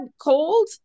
cold